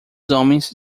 homens